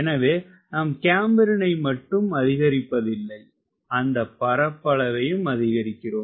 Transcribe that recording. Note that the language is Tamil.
எனவே நாம் கேம்பரினை மட்டும் அதிகரிப்பதில்லை அந்த பரப்பளவையும் அதிகரிக்கிறோம்